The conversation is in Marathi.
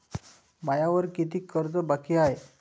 मायावर कितीक कर्ज बाकी हाय?